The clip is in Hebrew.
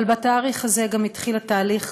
אבל בתאריך הזה גם התחיל התהליך